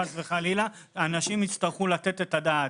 חס וחלילה אנשים יצטרכו לתת את הדעת.